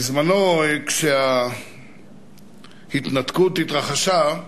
בזמנה, כשההתנתקות התרחשה,